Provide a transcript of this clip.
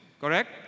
correct